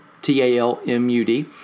T-A-L-M-U-D